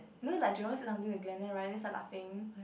you know like jerome said something to glen and then Ryan start laughing